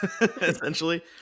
essentially